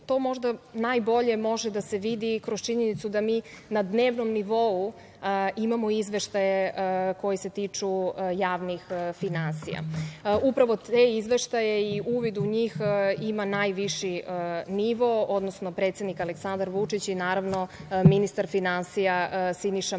To možda najbolje može da se vidi kroz činjenicu da mi na dnevnom nivou imamo izveštaje koji se tiču javnih finansija. Upravo te izveštaje i uvid u njih ima najviši nivo, odnosno predsednik Aleksandar Vučić i, naravno, ministar finansija Siniša Mali. Ovde